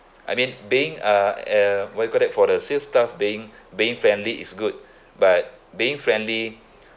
I mean being uh uh what do you call that for the sales staff being being friendly is good but being friendly